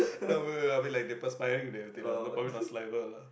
I will I will like they perspiring they probably not saliva lah